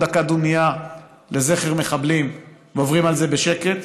דקה דומייה לזכר מחבלים ועוברים על זה בשקט,